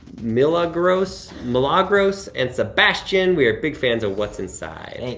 milagros milagros and sebastian, we are big fans of what's inside.